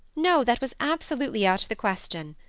no that was absolutely out of the question.